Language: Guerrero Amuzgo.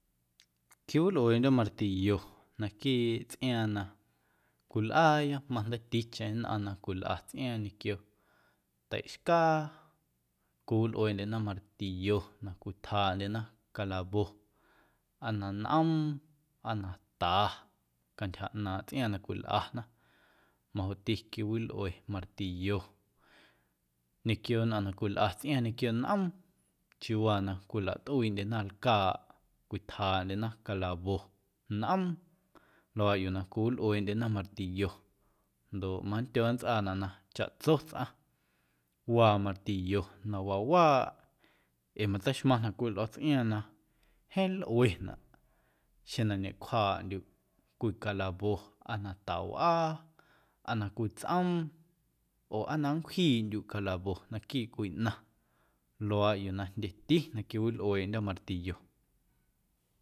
Quiwilꞌueeꞌndyo̱ martillo naquiiꞌ tsꞌiaaⁿ na cwilꞌaaya majndeiiticheⁿ nnꞌaⁿ na cwilꞌa tsꞌiaaⁿ ñequio teiꞌxcaa cwiwilꞌueeꞌndyena martillo na cwitjaaꞌndyena calawo̱ aa na nꞌoom aa na ta cantyja ꞌnaaⁿꞌ tsꞌiaaⁿ na cwilꞌana majoꞌti quiwilꞌue martillo ñequio nnꞌaⁿ na cwilꞌa tsꞌiaaⁿ ñequio nꞌoom chiuuwaa na cwilatꞌuiiꞌndyena lcaaꞌ cwitjaaꞌndyena calawo̱ nꞌoom luaaꞌ yuu na cwiwilꞌueeꞌndyena martillo ndoꞌ mandyo nntsꞌaanaꞌ chaꞌtso tsꞌaⁿ waa martillo na wawaaꞌ ee matseixmaⁿnaꞌ cwii lꞌo̱tsꞌiaaⁿ na jeeⁿ lꞌuenaꞌ xjeⁿ na ñecwjaaꞌndyuꞌ cwii calawo̱ aa na tawꞌaa aa na cwii tsꞌoom oo aa na nncwjiiꞌndyuꞌ calawo̱ naquiiꞌ cwii ꞌnaⁿ luaaꞌ yuu na jndyeti na quiwilꞌueeꞌndyo̱ martillo.